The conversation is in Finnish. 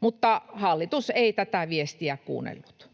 mutta hallitus ei tätä viestiä kuunnellut.